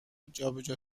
جابجا